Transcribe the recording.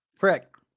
Correct